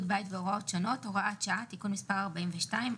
בית והוראות שונות) (הוראת שעה) (תיקון מס' 42),